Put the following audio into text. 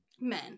Men